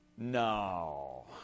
No